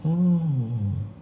oh